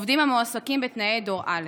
עובדים המועסקים בתנאי דור א'.